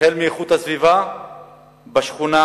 החל מאיכות הסביבה בשכונה,